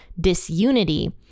disunity